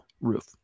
roof